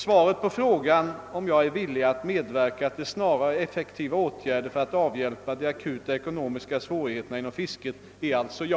Svaret på frågan, om jag är villig att medverka till snara och effektiva åtgärder för att avhjälpa de akuta ekonomiska svårigheterna inom fisket, är alltså ja.